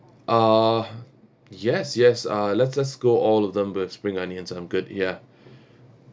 uh yes yes uh let's let's go all of them with spring onions I'm good ya